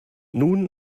nun